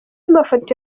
mafoto